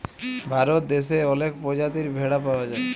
ভারত দ্যাশে অলেক পজাতির ভেড়া পাউয়া যায়